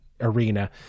arena